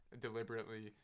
deliberately